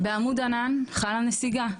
בעמוד ענן חלה נסיגה.